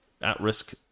at-risk